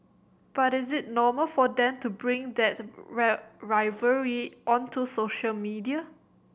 but is it normal for them to bring that rivalry onto social media